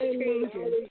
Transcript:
changes